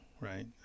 right